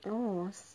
oh